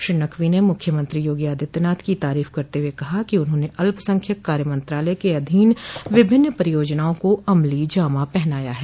श्री नकवी ने मुख्यमंत्री योगी आदित्यनाथ की तारीफ करते हुए कहा कि उन्होंने अल्पसंख्यक कार्य मंत्रालय के अधीन विभिन्न परियोजनाओं को अमली जामा पहनाया है